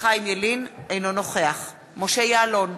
אינו נוכח משה יעלון,